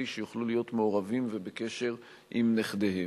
שהם יוכלו להיות מעורבים ובקשר עם נכדיהם.